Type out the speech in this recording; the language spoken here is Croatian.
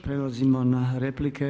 Prelazimo na replike.